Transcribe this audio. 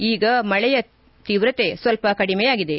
ಈಗ ಮಳೆಯ ತೀವ್ರತೆ ಸ್ವಲ್ಪ ಕಡಿಮೆಯಾಗಿದೆ